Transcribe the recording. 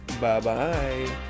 Bye-bye